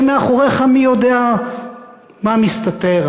שמאחוריך מי יודע מה מסתתר.